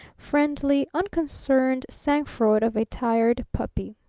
friendly, unconcerned sang-froid of a tired puppy.